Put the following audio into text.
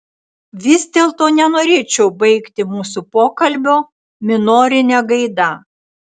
vis dėlto nenorėčiau baigti mūsų pokalbio minorine gaida